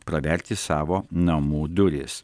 praverti savo namų duris